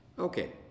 Okay